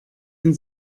den